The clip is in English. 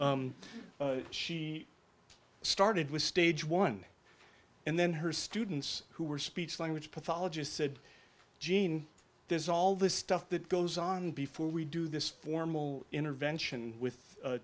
itself she started with stage one and then her students who were speech language pathologist said jean there's all this stuff that goes on before we do this formal intervention with